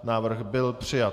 Návrh byl přijat.